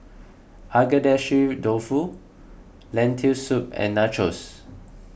Agedashi Dofu Lentil Soup and Nachos